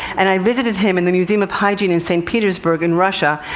and i visited him in the museum of hygiene in st. petersburg, in russia.